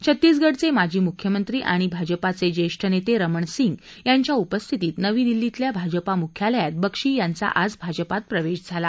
छत्तीसगडचे माजी मुख्यमंत्री आणि भाजपाचे जेष्ठ नेते रमण सिंग यांच्या उपस्थितीत नवी दिल्लीतल्या भाजपा मुख्यालयात बक्षी यांचा आज भाजपात प्रवेश झाला